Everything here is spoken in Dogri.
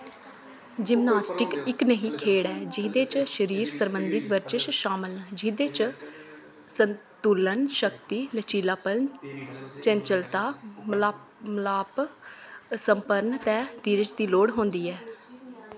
जिम्नास्टिक इक नेही खेढ ऐ जेह्दे च शरीर सरबंधी बर्जश शामल न जेह्दे च संतुलन शक्ति लचीलापन चैंचलता मलाप समर्पण ते धीरज दी लोड़ होंदी ऐ